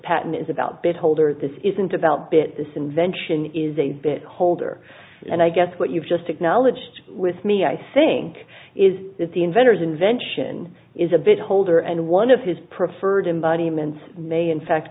patent is about bit holder this isn't about bit this invention is a bit holder and i guess what you've just acknowledged with me i think is that the inventors invention is a bit holder and one of his preferred embodiments may in fact